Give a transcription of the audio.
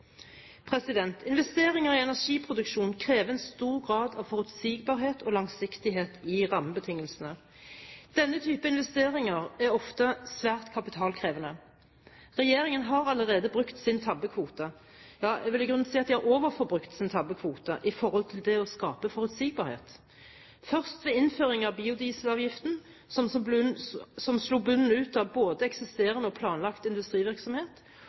Investeringer i energiproduksjon krever en stor grad av forutsigbarhet og langsiktighet i rammebetingelsene. Denne type investeringer er ofte svært kapitalkrevende. Regjeringen har allerede brukt sin tabbekvote, ja, jeg vil i grunnen si at de har overforbrukt sin tabbekvote i forhold til det å skape forutsigbarhet – først ved innføringen av biodieselavgiften, som slo bunnen ut av både eksisterende og planlagt industrivirksomhet,